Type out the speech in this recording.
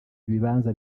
ibibanza